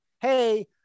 Hey